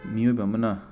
ꯃꯤꯑꯣꯏꯕ ꯑꯃꯅ